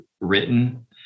written